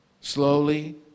Slowly